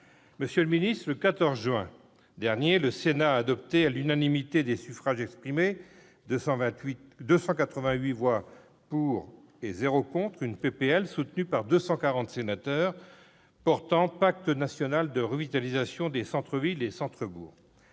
Monsieur le ministre, le 14 juin dernier, le Sénat a adopté à l'unanimité des suffrages exprimés, par 288 voix pour et aucune contre, la proposition de loi portant pacte national de revitalisation des centres-villes et centres-bourgs,